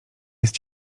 jest